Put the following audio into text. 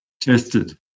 tested